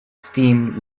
steam